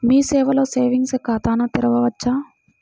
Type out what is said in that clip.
మీ సేవలో సేవింగ్స్ ఖాతాను తెరవవచ్చా?